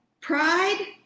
pride